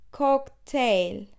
cocktail